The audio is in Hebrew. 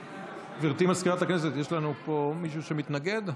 גברתי מזכירת הכנסת, יש לנו מישהו שמתנגד?